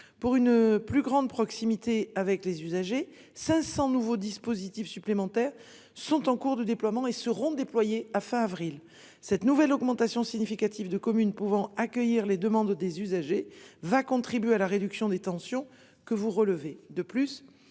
pour une plus grande proximité avec les usagers. 500 nouveaux dispositifs supplémentaires sont en cours de déploiement et seront déployés à fin avril. Cette nouvelle augmentation significative de communes pouvant accueillir les demandes des usagers va contribuer à la réduction des tensions que vous relevez